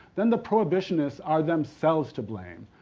then the prohibitionists are themselves to blame,